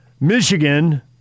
Michigan